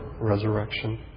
resurrection